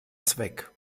zweck